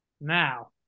now